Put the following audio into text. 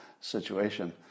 situation